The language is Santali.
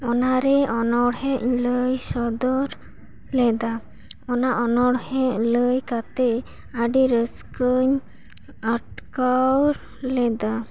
ᱚᱱᱟ ᱨᱮ ᱚᱱᱚᱬᱦᱮᱸ ᱞᱟᱹᱭ ᱥᱚᱫᱚᱨ ᱞᱮᱫᱟ ᱚᱱᱟ ᱚᱱᱚᱬᱦᱮᱸ ᱞᱟᱹᱭ ᱠᱟᱛᱮ ᱟᱹᱰᱤ ᱨᱟᱹᱥᱠᱟᱹᱧ ᱟᱴᱠᱟᱨ ᱞᱮᱫᱟ